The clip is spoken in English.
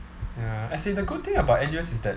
ya as in the good thing about N_U_S is that